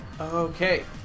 Okay